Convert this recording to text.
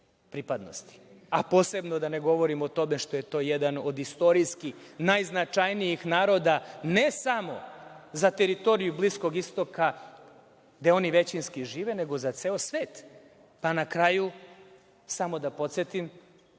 a posebno da ne govorim o tome što je to jedan od istorijski najznačajnijih naroda ne samo za teritoriju Bliskog istoka, gde oni većinski žive, nego za celi svet. Na kraju samo da podsetim